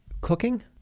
Cooking